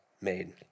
made